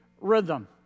rhythm